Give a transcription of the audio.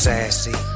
Sassy